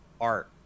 art